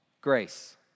grace